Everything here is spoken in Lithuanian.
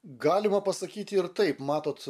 galima pasakyti ir taip matot